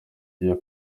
iyo